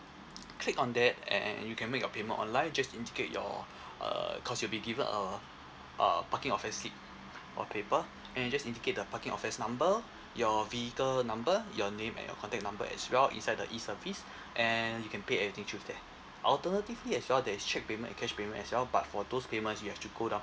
click on that and and you can make your payment online just indicate your uh cause you'll be given a a parking offence slip of paper and just indicate the parking offence number your vehicle number your name and your contact number as well inside the E service and you can pay everything through there alternatively as well there is check payment and cash payment as well but for those payment you have to go down